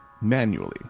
manually